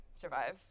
survive